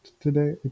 Today